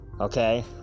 okay